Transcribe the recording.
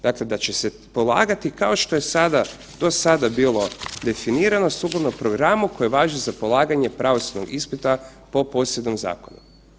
Dakle, da će se polagati kao što je sada, do sada bilo definirano sukladno programu koji važi za polaganje pravosudnog ispita po posebnom zakonu.